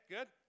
Good